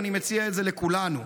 ואני מציע זאת לכולנו.